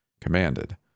commanded